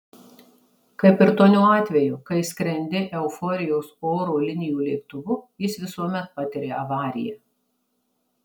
kaip ir tonio atveju kai skrendi euforijos oro linijų lėktuvu jis visuomet patiria avariją